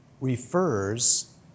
refers